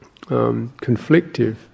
conflictive